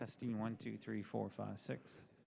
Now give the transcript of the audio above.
testing one two three four five six